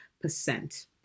percent